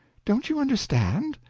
don't you understand?